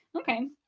Okay